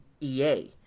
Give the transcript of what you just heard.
EA